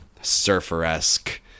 surfer-esque